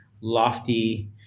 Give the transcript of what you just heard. lofty